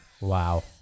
Wow